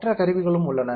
மற்ற கருவிகளும் உள்ளன